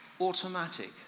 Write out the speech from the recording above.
automatic